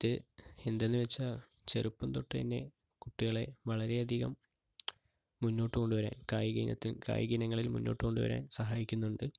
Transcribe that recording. അത് എന്താ എന്ന് വെച്ചാൽ ചെറുപ്പം തൊട്ട് തന്നെ കുട്ടികളെ വളരെ അധികം മുന്നോട്ട് കൊണ്ടുവരാൻ കായിക ഇനത്തിൽ കായിക ഇനങ്ങളിൽ മുന്നോട്ട് കൊണ്ടുവരാൻ സഹായിക്കുന്നുണ്ട്